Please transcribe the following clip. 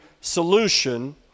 solution